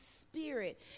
Spirit